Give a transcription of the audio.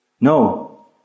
No